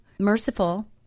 merciful